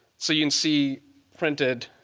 so you can see printed,